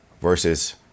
versus